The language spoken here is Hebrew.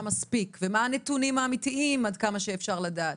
מספיק עבור אותן הנשים ומה הנתונים האמיתיים עד כמה שאפשר לדעת?